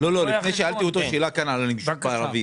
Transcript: לפני כן שאלתי אותו על הנגישות בשפה הערבית.